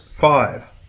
Five